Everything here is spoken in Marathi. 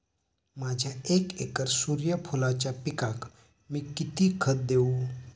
माझ्या एक एकर सूर्यफुलाच्या पिकाक मी किती खत देवू?